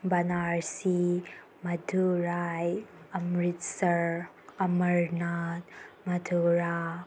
Banarasi Madurai Amritsar Amarnath Mathura